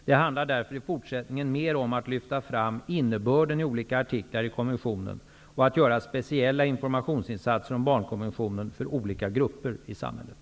Det handlar därför i fortsättningen mer om att lyfta fram innebörden i olika artiklar i konventionen och att göra speciella informationsinsatser om barnkonventionen för olika grupper i samhället.